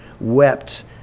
wept